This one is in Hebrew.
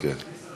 כן.